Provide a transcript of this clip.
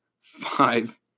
five